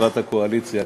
כמצוות הקואליציה,